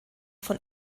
von